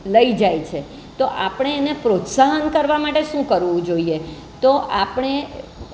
લઈ જાય છે તો આપણે એને પ્રોત્સાહન કરવા માટે શું કરવું જોઈએ તો આપણે